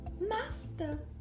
Master